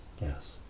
Yes